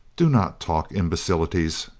do not talk imbecilities,